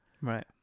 Right